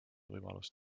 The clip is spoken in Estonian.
võimalust